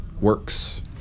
works